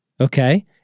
okay